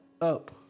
up